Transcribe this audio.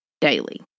daily